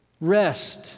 Rest